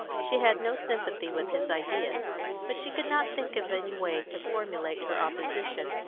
she had no sympathy with his ideas but she could not think of any way to formulate her opposition,